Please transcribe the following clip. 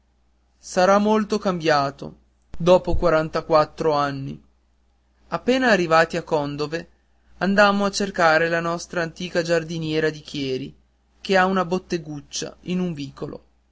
sarà molto cambiato dopo quarantaquattro anni appena arrivati a condove andammo a cercare la nostra antica giardiniera di chieri che ha una botteguccia in un vicolo